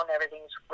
Everything's